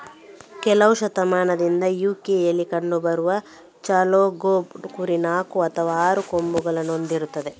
ಕೆಲವು ಶತಮಾನದಿಂದ ಯು.ಕೆಯಲ್ಲಿ ಕಂಡು ಬರುವ ಜಾಕೋಬ್ ಕುರಿ ನಾಲ್ಕು ಅಥವಾ ಆರು ಕೊಂಬುಗಳನ್ನ ಹೊಂದಿರ್ತದೆ